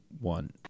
one